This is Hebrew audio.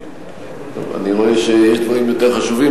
אני רואה שיש דברים יותר חשובים,